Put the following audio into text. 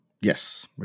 Yes